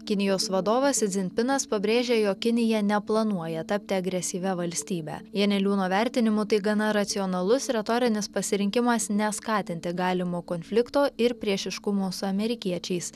kinijos vadovas dzin pinas pabrėžė jog kinija neplanuoja tapti agresyvia valstybe janeliūno vertinimu tai gana racionalus retorinis pasirinkimas neskatinti galimo konflikto ir priešiškumo su amerikiečiais